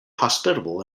hospitable